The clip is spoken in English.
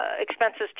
expenses